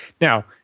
Now